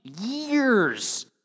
years